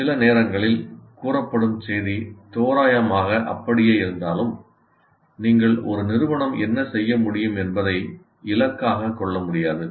சில நேரங்களில் கூறப்படுஞ் செய்தி தோராயமாக அப்படியே இருந்தாலும் நீங்கள் ஒரு நிறுவனம் என்ன செய்ய முடியும் என்பதை இலக்காகக் கொள்ள முடியாது